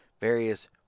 various